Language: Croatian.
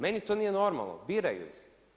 Meni to nije normalno, biraju ih.